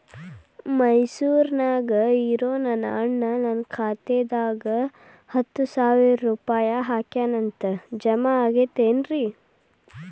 ಮೈಸೂರ್ ನ್ಯಾಗ್ ಇರೋ ನನ್ನ ಅಣ್ಣ ನನ್ನ ಖಾತೆದಾಗ್ ಹತ್ತು ಸಾವಿರ ರೂಪಾಯಿ ಹಾಕ್ಯಾನ್ ಅಂತ, ಜಮಾ ಆಗೈತೇನ್ರೇ?